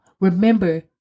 Remember